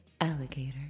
Alligator